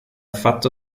affatto